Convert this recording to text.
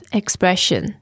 expression